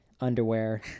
underwear